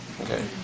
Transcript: Okay